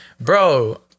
Bro